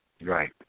Right